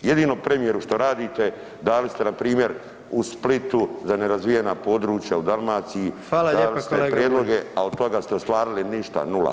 Jedino premijeru što radite dali ste npr. u Splitu za nerazvijena područja u Dalmaciji dali ste prijedloge, a od toga ste ostvarili ništa, nula.